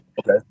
Okay